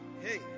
Hey